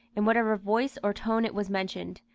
in whatever voice or tone it was mentioned,